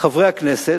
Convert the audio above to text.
חברי הכנסת,